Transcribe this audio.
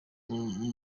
ndi